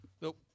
Nope